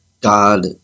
God